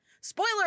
Spoiler